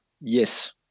Yes